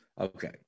Okay